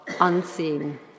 unseen